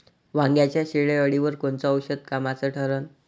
वांग्याच्या शेंडेअळीवर कोनचं औषध कामाचं ठरन?